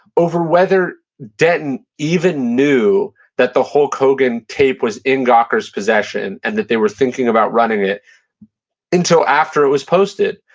over whether denton even knew that the hulk hogan tape was in gawker's possession and that they were thinking of running it until after it was posted,